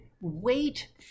wait